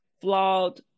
flawed